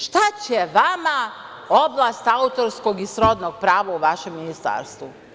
Šta će vama oblast autorskog i srodnog prava u vašem ministarstvu?